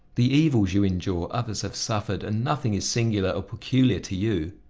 the evils you endure, others have suffered, and nothing is singular or peculiar to you.